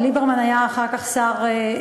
ליברמן היה אחר כך שר,